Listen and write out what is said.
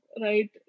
right